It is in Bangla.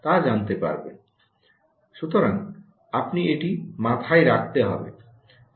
সুতরাং আপনি এটি মাথায় রাখতে হবে